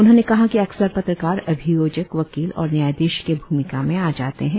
उन्होंने कहा कि अक्सर पत्रकार अभियोजक वकील और न्यायाधीश की भूमिका में आ जाते हैं